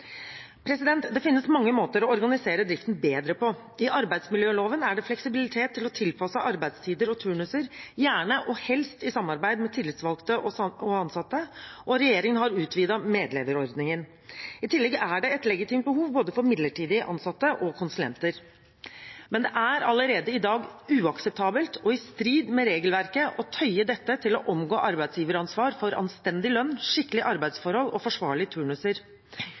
Det finnes mange måter å organisere driften bedre på. I arbeidsmiljøloven er det fleksibilitet til å tilpasse arbeidstider og turnuser, gjerne og helst i samarbeid med tillitsvalgte og ansatte, og regjeringen har utvidet medleverordningen. I tillegg er det et legitimt behov for både midlertidig ansatte og konsulenter. Men det er allerede i dag uakseptabelt og i strid med regelverket å tøye dette til å omgå arbeidsgiveransvaret for anstendig lønn, skikkelige arbeidsforhold og forsvarlige turnuser.